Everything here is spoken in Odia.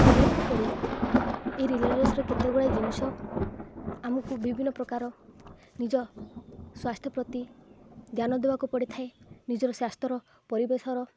କରିବାକୁ ପଡ଼ିବ ଏଇ ରିଲେ ରେସ୍ରେ କେତେ ଗୁଡ଼ଏ ଜିନିଷ ଆମକୁ ବିଭିନ୍ନପ୍ରକାର ନିଜ ସ୍ୱାସ୍ଥ୍ୟ ପ୍ରତି ଧ୍ୟାନ ଦେବାକୁ ପଡ଼ିଥାଏ ନିଜର ସ୍ୱାସ୍ଥ୍ୟର ପରିବେଶର